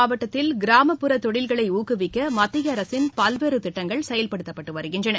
மாவட்டத்தில் கிராமப்புற கொழில்களை ஊக்குவிக்க மத்திய அரசின் பல்வேறு விருதுநகர் திட்டங்கள் செயல்படுத்தப்பட்டு வருகின்றன